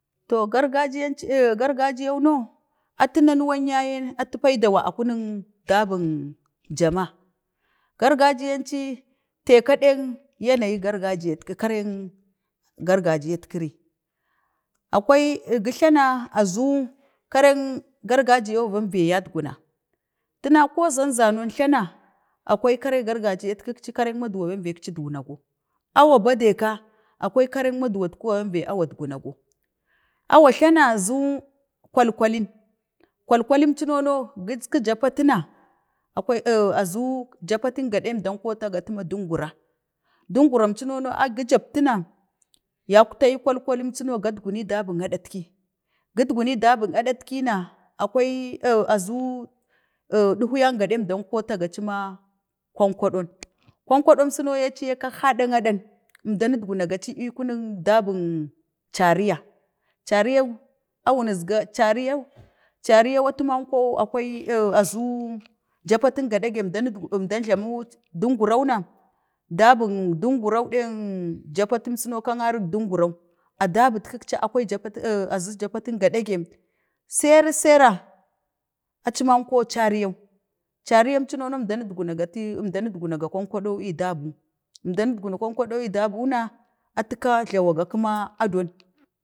To gargajiyanci, gargajiyanno, atu na nawan yaye atu paydawa a punik, dabina jamaa, gargajiyanci teeka den yana yek gargajiyatkiri, kareng gargajiyat kiri, akwai, gəjlana, azu kareng gargajiya bembe yatgum, tuna ko zanzano jlana akwai kare gargajiyatkəkci kak maduwa akci ədguna go, awa badu ka, akwai karek maduwatkuwa, bembe awatguna go, awa glana zuu, kwalkwali, kwalkwalim cuno no gəeku japat na, akwai, a zu, japaten gadi man əmdan kotagatu man dungura, dunjuram cuno ne gijaptuna, yaltayi kwal kwalun cino gadgum dabina aɗatki, gədgum dabing aɗatki na, akwai, co azuu, duhwu yan gaɗi əmdan kota ga ci ma, konkodon, konkodon, konkodom suno yee, kang haɗang aɗang, əmɗanet gunagaci akunk, dabun, eariya, eariyau, awunisgun, cariyau? cariyan, atu manko akwai, azu, japati gaɗage ɗmda jlamu dugunan nan dabu dabang duguran ɗek, japatin suno kan parin duguran, dabutkikci, azu jappat gaɗa geem sesera, aci manko cariyau, eariyam cuno na əmdan gunagati, əmdanek konkoɗo ce dabu, əmdan nutgunu kotkodo ce dabu na, atu ka jlawa ga kuma, adon,